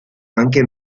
anche